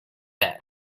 then